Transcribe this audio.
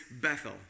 Bethel